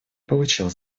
получил